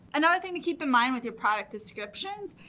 another thing to keep in mind with your product descriptions,